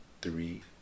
three